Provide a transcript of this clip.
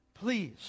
Please